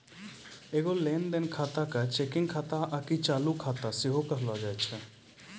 एगो लेन देन खाता के चेकिंग खाता आकि चालू खाता सेहो कहलो जाय छै